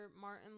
Martin